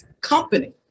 company